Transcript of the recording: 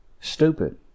Stupid